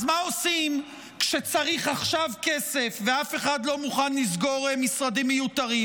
אז מה עושים כשצריך עכשיו כסף ואף אחד לא מוכן לסגור משרדים מיוחדים?